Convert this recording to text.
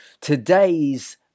Today's